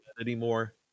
anymore